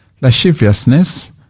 lasciviousness